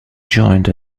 joined